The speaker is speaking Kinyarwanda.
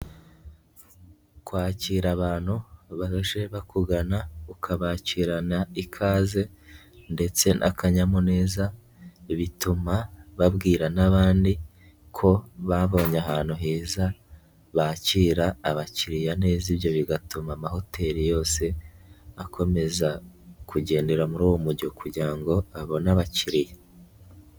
Kwakira abantu baje bakugana, ukabakirana ikaze ndetse n'akanyamuneza, bituma babwira n'abandi ko babonye ahantu heza, bakira abakiriya neza, ibyo bigatuma amahoteli yose akomeza kugendera muri uwo mujyo kugira ngo abone abakiriya.